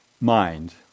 mind